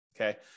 Okay